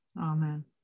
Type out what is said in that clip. Amen